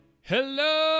Hello